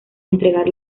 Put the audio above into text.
entregar